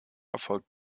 erfolgt